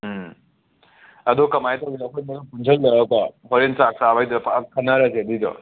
ꯎꯝ ꯑꯗꯨ ꯀꯃꯥꯏ ꯇꯧꯗꯣꯏꯅꯣ ꯑꯩꯈꯣꯏ ꯃꯌꯥꯝ ꯄꯨꯟꯖꯜꯂꯒ ꯍꯣꯔꯦꯟ ꯆꯥꯛ ꯆꯥꯕꯩꯗꯨꯗ ꯐ ꯈꯟꯅꯔꯁꯦ ꯑꯗꯨꯏꯗꯣ